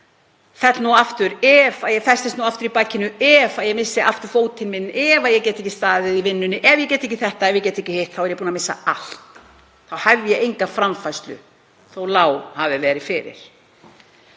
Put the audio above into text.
fell aftur, ef ég festist aftur í bakinu, ef ég missi aftur fótinn, ef ég get ekki staðið í vinnunni, ef ég get ekki þetta, ef ég get ekki hitt, þá er ég búinn að missa allt, þá hef ég enga framfærslu, þó að lág hafi verið fyrir.